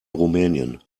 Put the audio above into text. rumänien